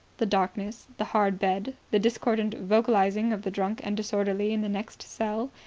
the darkness. the hard bed. the discordant vocalising of the drunk and disorderly in the next cell.